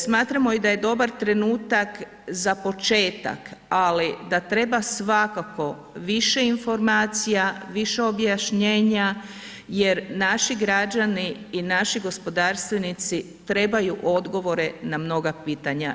Smatramo i da je dobar trenutak za početak, ali da treba svakako više informacija, više objašnjenja jer naši građani i naši gospodarstvenici trebaju odgovore na mnoga pitanja.